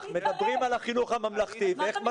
מדברים על החינוך הממלכתי ומה צריך לעשות בו.